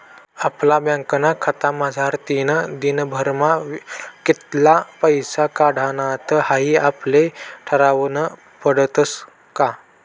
आपला बँकना खातामझारतीन दिनभरमा कित्ला पैसा काढानात हाई आपले ठरावनं पडस का